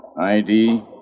ID